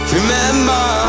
Remember